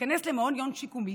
להיכנס למעון יום שיקומי,